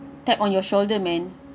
tap on your shoulder man